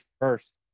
first